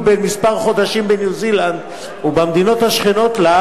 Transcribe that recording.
בן כמה חודשים בניו-זילנד ובמדינות השכנות לה,